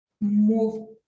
move